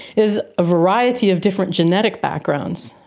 is a variety of different genetic backgrounds.